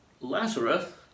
Lazarus